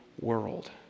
world